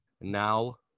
Now